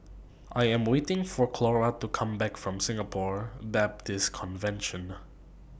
I Am waiting For Clora to Come Back from Singapore Baptist Convention